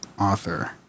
author